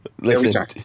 listen